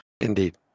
Indeed